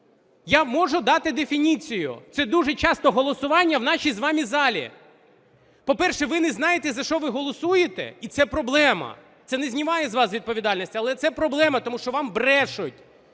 я можу дати дефініцію, це дуже часто голосування в нашій з вами залі. По-перше, ви не знаєте за що ви голосуєте, і це проблема, це не знімає з вас відповідальності, але це проблема. Тому що вам брешуть,